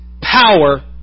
power